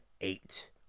eight